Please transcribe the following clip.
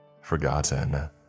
forgotten